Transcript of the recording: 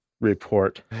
report